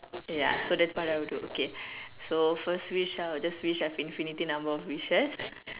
ya so that's what I would do okay so first wish I would just wish I've infinity number of wishes